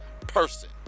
person